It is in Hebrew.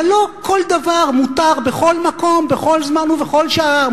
אבל לא כל דבר מותר בכל מקום, בכל זמן ובכל שעה.